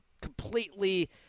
completely –